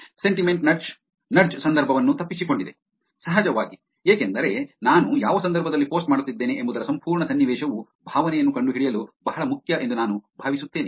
sentiment ನಡ್ಜ್ ನಡ್ಜ್ ಸಂದರ್ಭವನ್ನು ತಪ್ಪಿಸಿಕೊಂಡಿದೆ ಸಹಜವಾಗಿ ಏಕೆಂದರೆ ನಾನು ಯಾವ ಸಂದರ್ಭದಲ್ಲಿ ಪೋಸ್ಟ್ ಮಾಡುತ್ತಿದ್ದೇನೆ ಎಂಬುದರ ಸಂಪೂರ್ಣ ಸನ್ನಿವೇಶವು ಭಾವನೆಯನ್ನು ಕಂಡುಹಿಡಿಯಲು ಬಹಳ ಮುಖ್ಯ ಎಂದು ನಾನು ಭಾವಿಸುತ್ತೇನೆ